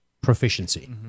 proficiency